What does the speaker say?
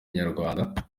inyarwanda